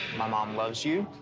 my mom loves you,